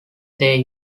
their